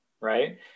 right